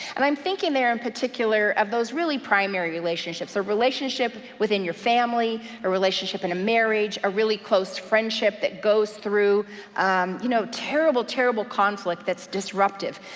and i'm thinking there in particular of those really primary relationships, a relationship within your family, a relationship in a marriage, a really close friendship that goes through you know terrible, terrible conflict that's disruptive.